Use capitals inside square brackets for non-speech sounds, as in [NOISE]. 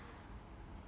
[BREATH]